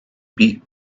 beak